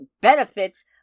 benefits